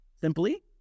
Simply